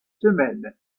semaines